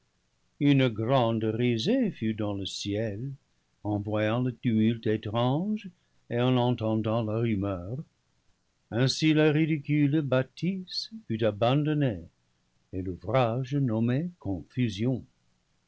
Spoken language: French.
une grande risée fut dans le ciel en voyant le tumulte étrange et en entendant la rumeur ainsi la ridicule bâtisse fut abandonnée et l'ouvrage nommé